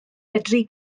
medru